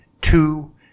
two